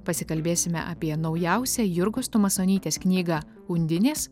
pasikalbėsime apie naujausią jurgos tumasonytės knygą undinės